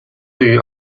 对于